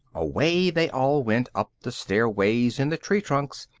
away they all went up the stairways in the tree-trunks,